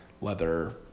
leather